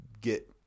get